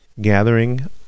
gathering